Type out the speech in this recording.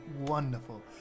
wonderful